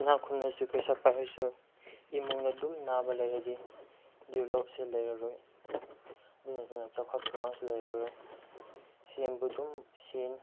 ꯏꯅꯥꯛ ꯈꯨꯟꯕꯁꯨ ꯄꯩꯁꯥ ꯄꯥꯏꯔꯁꯨ ꯏꯃꯨꯡꯗ ꯑꯗꯨꯝ ꯅꯥꯕ ꯂꯩꯔꯗꯤ ꯗꯤꯕꯂꯞꯁꯦ ꯂꯩꯔꯔꯣꯏ ꯑꯗꯨ ꯅꯠꯇꯅ ꯆꯥꯎꯈꯠꯄꯁꯨ ꯂꯩꯔꯔꯣꯏ ꯁꯦꯟꯕꯨ ꯑꯗꯨꯝ ꯁꯦꯟ